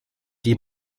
die